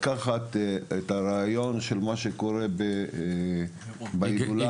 אז אפשר להיעזר או לקחת את הרעיון של מה שקורה בהילולה ברבי שמעון.